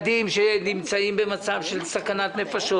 הילדים שנמצאים במצב של סכנת נפשות